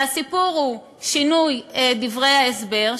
והסיפור הוא שינוי דברי ההסבר,